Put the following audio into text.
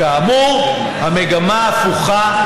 כאמור המגמה היא הפוכה,